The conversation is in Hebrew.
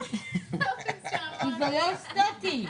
131 אלפי שקלים כהוצאה מותנית בהכנסה.